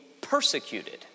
persecuted